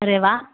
અરે વાહ